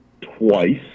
twice